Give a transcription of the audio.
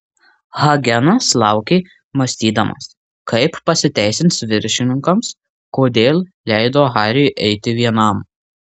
hagenas laukė mąstydamas kaip pasiteisins viršininkams kodėl leido hariui eiti vienam